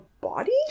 body